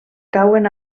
cauen